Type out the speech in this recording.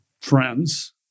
friends